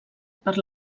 per